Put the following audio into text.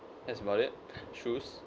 that's about it shoes